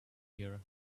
here